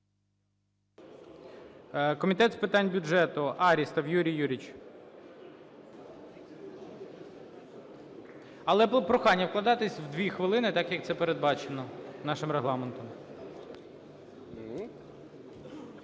Комітет з питань бюджету Арістов Юрій Юрійович. Але прохання вкладатися у 2 хвилини, так як це передбачено нашим регламентом.